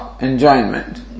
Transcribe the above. enjoyment